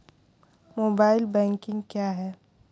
Mobile banking क्या है?